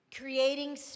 Creating